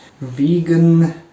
vegan